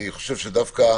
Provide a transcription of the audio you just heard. אני חושב שדווקא